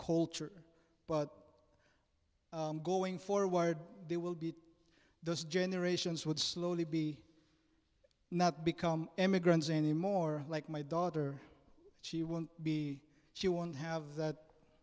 culture but going forward there will be those generations would slowly be not become immigrants anymore like my daughter she won't be she won't have that